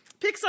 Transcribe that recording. pixar